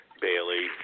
Bailey